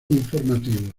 informativos